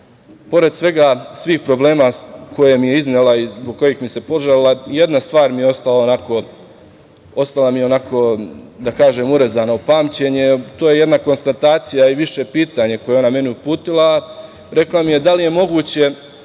pored svih problema koje mi je iznela, i zbog kojih mi se požalila jedna stvar mi je ostala onako urezana u pamćenje, to je jedna konstatacija i više pitanje koje je ona meni uputila. Rekla mi je da li je moguće